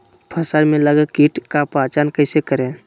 फ़सल में लगे किट का पहचान कैसे करे?